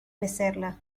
mecerla